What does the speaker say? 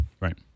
Right